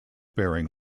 bearing